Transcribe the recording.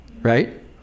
right